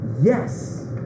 yes